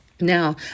Now